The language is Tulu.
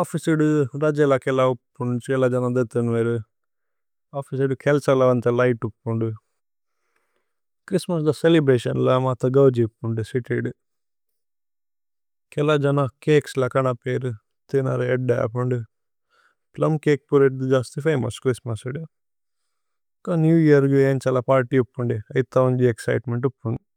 ഓഫ്ഫിചേ ഇദു രജേല। കേല ഉപ്പുന് സേകേല ജന ദേതന് വേരു। ഓഫ്ഫിചേ ഇദു കേല്സല വന്തേ ലിഘ്ത് ഉപ്പുന്। ദു ഛ്ഹ്രിസ്ത്മസ് ദ ചേലേബ്രതിഓന് ല മത്ത। ഗൌജി ഉപ്പുന്ദു സിതിദു കേല ജന കേക്സ്। ലകന പേഇരു തേനരേ ഏദ്ദേ ആപ്പുന് ദു പ്ലുമ്। ചകേ പുര ഇദ്ദു ജസ്തി ഫമോഉസ് ഛ്ഹ്രിസ്ത്മസ്। ഇദു ഭക്ക നേവ് യേഅര് ഗു ഏന്ഛല പര്ത്യ്വ്। ഉപ്പുന്ദു ഐഥ വേന്ജി ഏക്സ്ചിതേമേന്ത് ഉപ്പുന്ദു।